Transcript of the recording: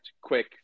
quick